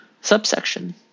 Subsection